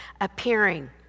appearing